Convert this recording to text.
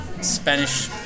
spanish